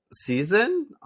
season